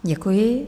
Děkuji.